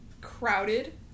crowded